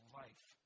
life